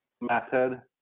method